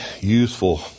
useful